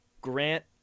Grant